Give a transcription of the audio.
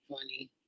funny